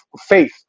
faith